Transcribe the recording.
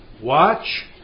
Watch